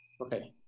Okay